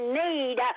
need